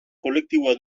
kolektiboa